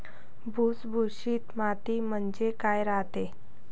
भुसभुशीत माती म्हणजे काय रायते?